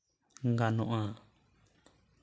ᱜᱟᱱᱚᱜᱼᱟ